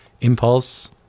impulse